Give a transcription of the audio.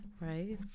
right